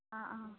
ആ ആ